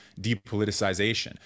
depoliticization